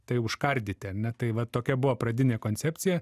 tai užkardyt ar ne tai va tokia buvo pradinė koncepcija